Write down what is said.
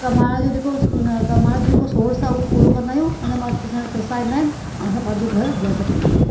कमाए जो जेको स न कमाए जो जेको सोर्स आहे उहो पुरो कंदा आहियूं उन मां असांजा पैसा ईंदा आहिनि असां पंहिंजो घरु हलाए सघंदा आहियूं